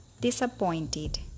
disappointed